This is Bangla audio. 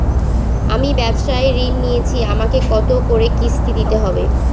আমি ব্যবসার ঋণ নিয়েছি আমাকে কত করে কিস্তি দিতে হবে?